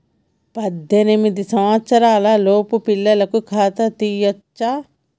పద్దెనిమిది సంవత్సరాలలోపు పిల్లలకు ఖాతా తీయచ్చా?